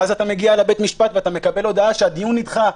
ואז אתה מגיע לבית המשפט ומקבל הודעה שהדיון נדחה.